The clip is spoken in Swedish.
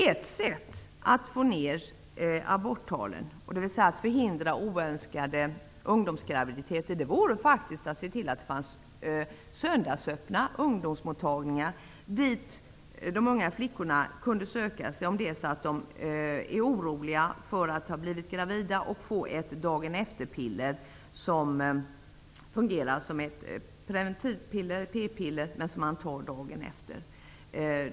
Ett sätt att få ner aborttalen, dvs. att förhindra oönskade ungdomsgraviditeter, vore faktiskt att se till att det fanns söndagsöppna ungdomsmottagningar, dit de unga flickorna kunde söka sig, om de är oroliga för att ha blivit gravida, och få ett dagen-efter-piller som fungerar som ett p-piller men som man tar dagen efter.